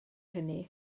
hynny